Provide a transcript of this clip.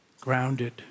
Grounded